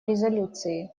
резолюции